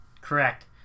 correct